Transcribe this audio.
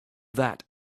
that